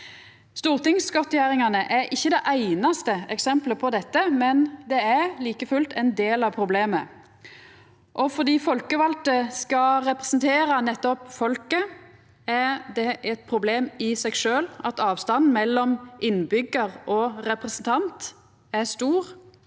Stortingsgodtgjeringane er ikkje det einaste eksempelet på dette, men det er like fullt ein del av problemet. Fordi folkevalde skal representera nettopp folket, er det eit problem i seg sjølv at avstanden mellom innbyggjar og representant er stor